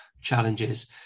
challenges